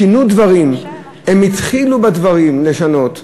שינו דברים, הם התחילו לשנות דברים.